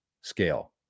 scale